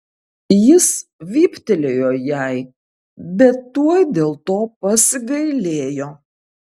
jis vyptelėjo jai bet tuoj dėl to pasigailėjo